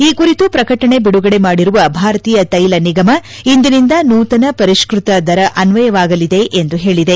ಈ ಕುರಿತು ಪ್ರಕಟಣೆ ಬಿಡುಗಡೆ ಮಾಡಿರುವ ಭಾರತೀಯ ತ್ವೆಲ ನಿಗಮ ಇಂದಿನಿಂದ ನೂತನ ಪರಿಷ್ಟತ ದರ ಅನ್ನಯವಾಗಲಿದೆ ಎಂದು ಪೇಳಿದೆ